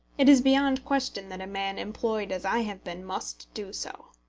it is beyond question that a man employed as i have been must do so.